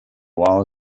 while